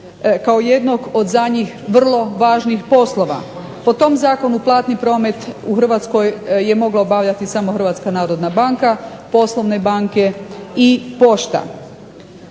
kao jednog od za njih vrlo važnih poslova. Po tom zakonu platni promet u Hrvatskoj je mogla obavljati samo Hrvatska narodna banka, poslovne banke i Pošta.